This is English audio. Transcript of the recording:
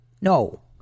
No